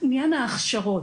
עניין ההכשרות,